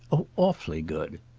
oh awfully good.